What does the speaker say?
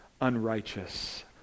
unrighteous